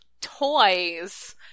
toys